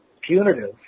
punitive